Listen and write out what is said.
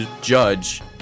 judge